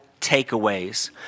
takeaways